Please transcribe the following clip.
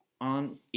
On